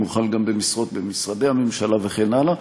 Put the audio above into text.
הוא חל גם במשרות במשרדי הממשלה וכן הלאה.